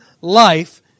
life